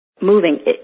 moving